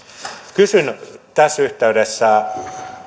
kysyn tässä yhteydessä